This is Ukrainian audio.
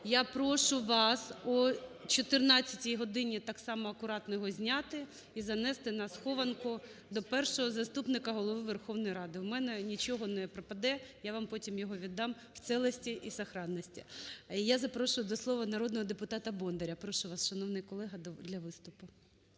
Я прошу вас о 14 годині так само акуратно його зняти і занести на схованку до Першого заступника Голови Верховної Ради. У мене нічого не пропаде, я вам потім його віддам в целості і сохранності. Я запрошую до слова народного депутата Бондаря. Прошу вас, шановний колего, для виступу.